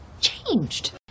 changed